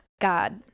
God